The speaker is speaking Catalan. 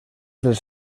dels